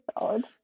solid